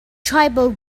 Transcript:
tribal